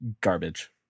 garbage